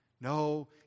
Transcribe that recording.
No